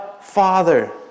Father